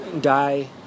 die